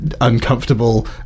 uncomfortable